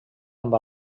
amb